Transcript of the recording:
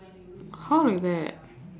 how like that